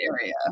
area